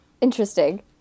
Interesting